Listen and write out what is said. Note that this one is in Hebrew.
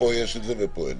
לכן פה יש את זה ושם אין.